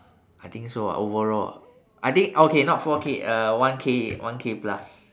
I think so ah overall ah I think okay not four K uh one K one K plus